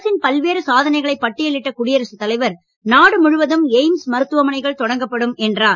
அரசின் பல்வேறு சாதனைகளை பட்டியலிட்ட குடியரசுத் தலைவர் நாடு முழுவதும் எய்ம்ஸ் மருத்துவமனைகள் தொடங்கப்படும் என்றார்